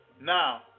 now